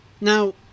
now